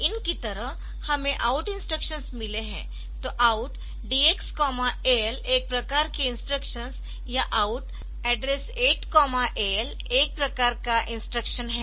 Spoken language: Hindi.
IN की तरह हमें OUT इंस्ट्रक्शंस मिले है तो OUT DXAL एक प्रकार के इंस्ट्रक्शंस या OUT address 8 AL एक प्रकार का इंस्ट्रक्शन है